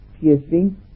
piercing